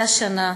והשנה,